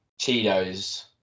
Cheetos